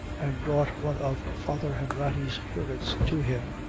and brought one of father hanratty's curates to him,